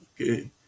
okay